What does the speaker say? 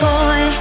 Boy